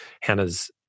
hannah's